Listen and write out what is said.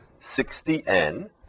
60N